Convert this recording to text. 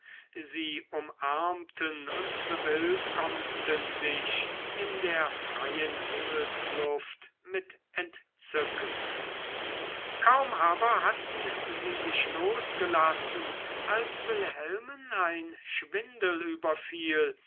sie umarmten und bewillkommten sich in der freien himmelsluft mit entzücken kaum aber hatten sie sich losgelassen als wilhelm ein schwindel überfiel